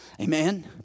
Amen